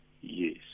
Yes